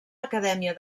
acadèmia